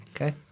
okay